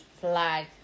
flag